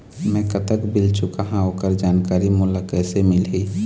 मैं कतक बिल चुकाहां ओकर जानकारी मोला कइसे मिलही?